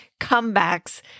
comebacks